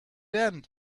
end